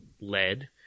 lead